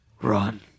Run